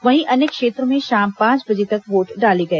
वहीं अन्य क्षेत्रों में शाम पांच बजे तक वोट डाले गए